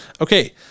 Okay